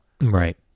Right